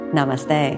Namaste